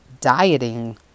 dieting